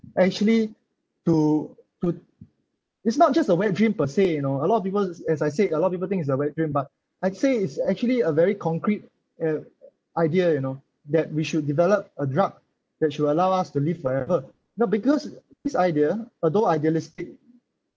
actually to to it's not just a wet dream per se you know a lot of people as I said a lot people think it's a wet dream but I'd say it's actually a very concrete uh idea you know that we should develop a drug that should allow us to live forever now because this idea although idealistic